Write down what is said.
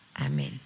Amen